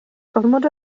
gormod